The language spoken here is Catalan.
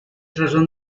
resum